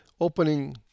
opening